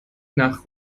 nach